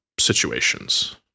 situations